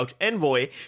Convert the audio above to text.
envoy